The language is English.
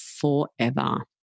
forever